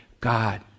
God